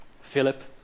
Philip